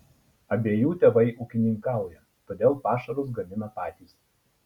abiejų tėvai ūkininkauja todėl pašarus gamina patys